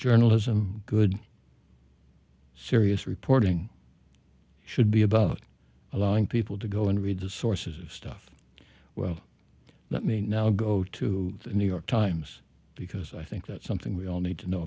journalism good serious reporting should be about allowing people to go and read the sources of stuff well let me now go to the new york times because i think that's something we all need to know